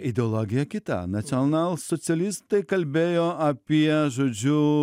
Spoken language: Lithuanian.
ideologija kita nacionalsocialistai kalbėjo apie žodžiu